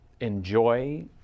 enjoy